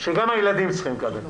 שגם הילדים צריכים לקבל.